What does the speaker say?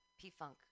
P-Funk